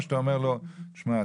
או שאתה אומר לו: תשמע,